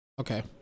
Okay